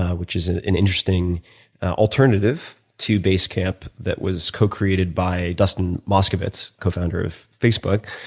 which is an interesting alternative to basecamp that was co-created by dustin moskovitz, co-founder of facebook.